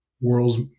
world's